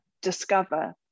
discover